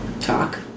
talk